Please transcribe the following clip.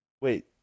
Wait